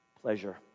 pleasure